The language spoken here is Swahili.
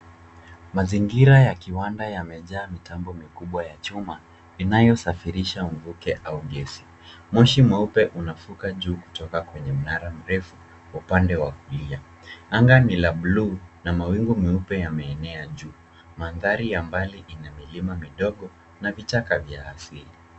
Mazingira ya kiwanda yamejaa mitambo mikubwa ya chuma inayosafirisha mvuke au gesi. Moshi mweupe unafuka juu kutoka kwenye mnara mrefu upande wa kulia. Anga ni la buluu na mawingu meupe yameenea juu. Mandhari ya mbali ina milima midogo na vichaka vya asili.